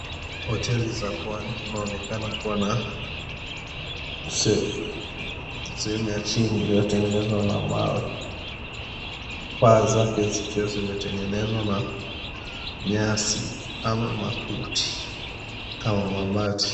Hoteli za pwani kunaonekana kuwa na sehemu ya chini iliyotengenezwa na mawe, paa zake zikiwa zimetengenezwa na nyasi ama makuti kama mabati.